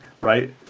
right